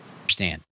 understand